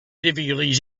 difficulties